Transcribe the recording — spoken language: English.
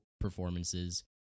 performances